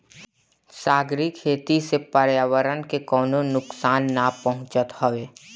सागरी खेती से पर्यावरण के कवनो नुकसान ना पहुँचत हवे